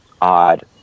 odd